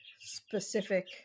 specific